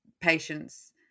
patients